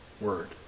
word